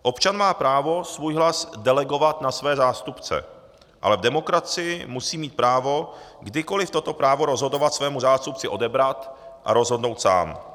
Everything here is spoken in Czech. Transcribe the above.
Občan má právo svůj hlas delegovat na své zástupce, ale v demokracii musí mít právo kdykoliv toto právo rozhodovat svému zástupci odebrat a rozhodnout sám.